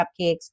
cupcakes